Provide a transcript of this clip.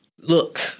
Look